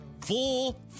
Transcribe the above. full